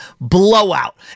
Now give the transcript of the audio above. blowout